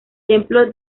templo